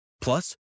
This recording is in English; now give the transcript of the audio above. Plus